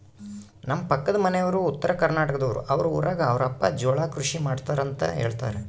ನಮ್ಮ ಪಕ್ಕದ ಮನೆಯವರು ಉತ್ತರಕರ್ನಾಟಕದವರು, ಅವರ ಊರಗ ಅವರ ಅಪ್ಪ ಜೋಳ ಕೃಷಿ ಮಾಡ್ತಾರೆಂತ ಹೇಳುತ್ತಾರೆ